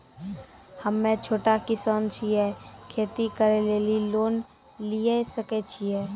हम्मे छोटा किसान छियै, खेती करे लेली लोन लिये सकय छियै?